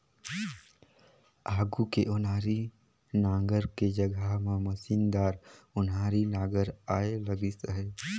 आघु के ओनारी नांगर के जघा म मसीनदार ओन्हारी नागर आए लगिस अहे